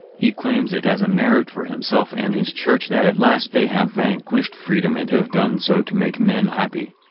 he claims it as a merit for himself and his church that at last they have vanquished freedom and have done so to make men happy.